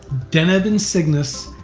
deneb in cygnus,